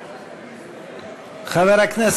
חברים.